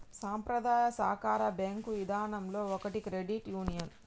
సంప్రదాయ సాకార బేంకు ఇదానంలో ఒకటి క్రెడిట్ యూనియన్